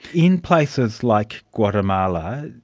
in places like guatemala,